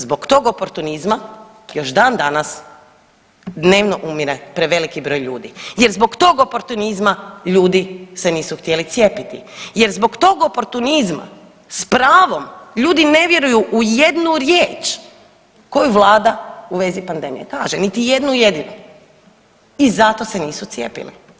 Zbog tog oportunizma još dan danas dnevno umire preveliki broj ljudi jer zbog tog oportunizma ljudi se nisu htjeli cijepiti, jer zbog tog oportunizma s pravom ljudi ne vjeruju u jednu riječ koju vlada u vezi pandemiji kaže, niti jednu jedinu i zato se nisu cijepili.